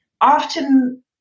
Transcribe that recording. Often